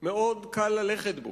שמאוד קל ללכת בו,